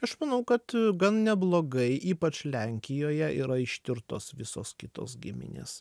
aš manau kad gan neblogai ypač lenkijoje yra ištirtos visos kitos giminės